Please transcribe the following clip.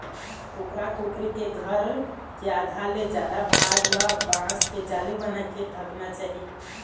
कुकरा कुकरी के घर के आधा ले जादा भाग ल बांस के जाली बनाके ढंकना चाही